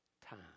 time